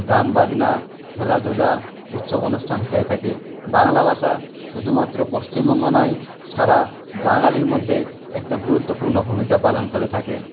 গানবাজনা খেলাধুলা উৎসব অনুষ্ঠান হয়ে থাকে বাংলা ভাষা শুধুমাত্র পশ্চিমবঙ্গ নয় সারা বাঙালির মধ্যে একটা গুরুত্বপূর্ণ ভূমিকা পালন করে থাকে